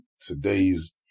today's